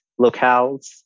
locales